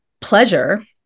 pleasure